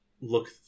look